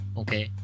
okay